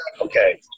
okay